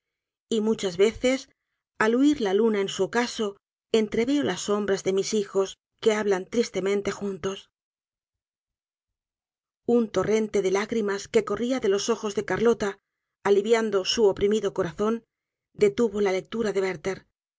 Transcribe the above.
y muchas veces al huir la luna en su ocaso entreveo las sombras de mis hijos que hablan tristemente juntos un torrente de lágrimas que corria de los ojos de carlota aliviando su oprimido corazón detuvo la lectura de werther